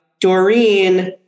Doreen